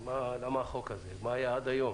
למה החוק הזה, מה היה עד היום